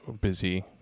busy